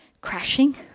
crashing